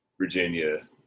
Virginia